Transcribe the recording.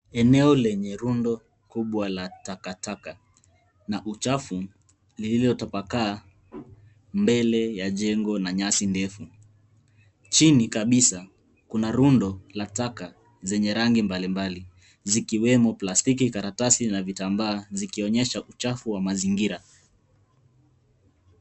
Eneo lenye rundo kubwa la takataka na uchafu lililotapakaa mbele ya jengo na nyasi ndefu. Chini kabisa kuna rundo la taka zenye rangi mbalimbali zikiwemo plastiki, karatasi na vitambaa zikionyesha uchafu wa mazingira.